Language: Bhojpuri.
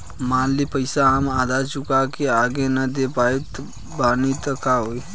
मान ली पईसा हम आधा चुका के आगे न दे पा सकत बानी त का होई?